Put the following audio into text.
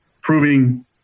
proving